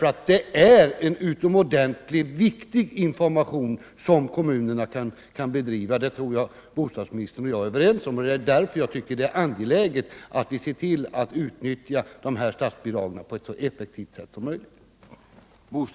Detta är nämligen en utomordentligt viktig informationsverksamhet som kommunerna kan bedriva — det tror jag bostadsministern och jag är överens om -— och det är därför jag tycker det är angeläget att statsbidraget kan utnyttjas så effektivt som möjligt.